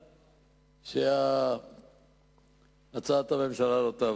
כדי שהצעת הממשלה לא תעבור.